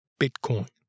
Bitcoin